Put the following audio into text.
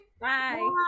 bye